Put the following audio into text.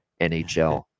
NHL